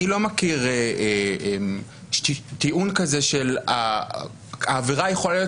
אני לא מכיר טיעון כזה שהעבירה יכולה להיות